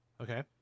Okay